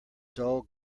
dull